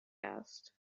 asked